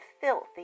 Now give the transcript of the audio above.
filthy